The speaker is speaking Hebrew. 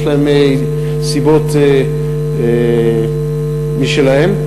יש להם סיבות משלהם,